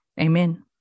amen